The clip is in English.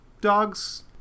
dogs